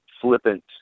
flippant